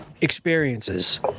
experiences